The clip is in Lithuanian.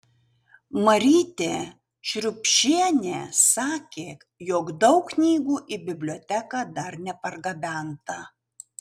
marytė šriubšienė sakė jog daug knygų į biblioteką dar nepargabenta